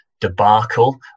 debacle